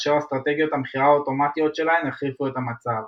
אשר אסטרטגיות המכירה האוטומטית שלהן החריפו את המצב.